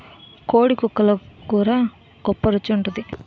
కోడి కక్కలు కూర గొప్ప రుచి గుంటాది